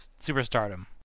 superstardom